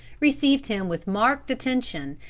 received him with marked attention,